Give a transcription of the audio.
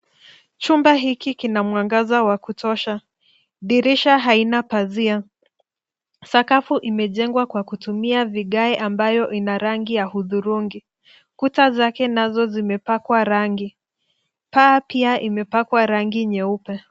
Chumba hiki kina mwangaza wa kutosha, dirisha haina pazia, sakafu imejengwa kwa kutumia vigae ambayo ina rangi ya hudhurungi. Kuta zake nazo zimepakwa rangi, paa pia imepakwa rangi nyeupe.